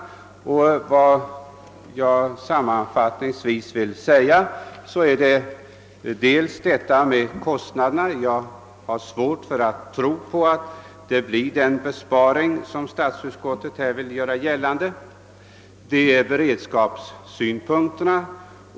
Sammanfattningsvis vill jag säga att jag för det första fäst mig vid kostnaderna — jag har svårt att tro att det blir en sådan besparing som statsutskottet vill göra gällande. För det andra har jag anlagt beredskapssynpunkter.